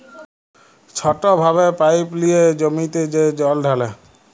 ছট ভাবে পাইপ লিঁয়ে জমিতে যে জল ঢালে